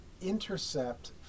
intercept